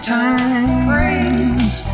times